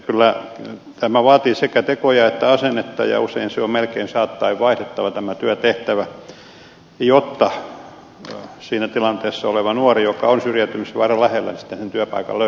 kyllä tämä vaatii sekä tekoja että asennetta ja usein on melkein saattaen vaihdettava tämä työtehtävä jotta siinä tilanteessa oleva nuori joka on syrjäytymisvaaran lähellä sitten sen työpaikan löytää